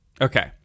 Okay